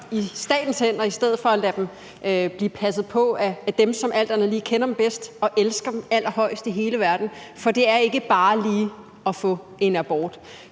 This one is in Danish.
i statens hænder i stedet for at lade dem blive passet på af dem, som alt andet lige kender dem bedst og elsker dem allerhøjest hele verden. For det er ikke bare lige sådan at få en abort.